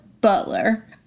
Butler